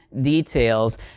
details